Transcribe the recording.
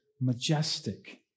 majestic